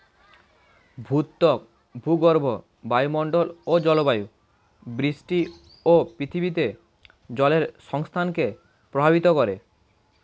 ভূত্বক, ভূগর্ভ, বায়ুমন্ডল ও জলবায়ু বৃষ্টি ও পৃথিবীতে জলের সংস্থানকে প্রভাবিত করে